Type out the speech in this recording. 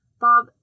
Bob